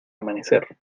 amanecer